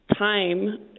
time